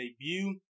debut